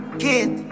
kid